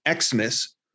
Xmas